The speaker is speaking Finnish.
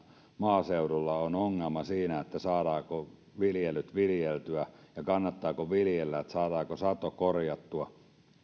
maaseudulla on ongelma siinä saadaanko viljelyt viljeltyä ja kannattaako viljellä eli saadaanko sato korjattua